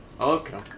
Okay